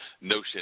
notion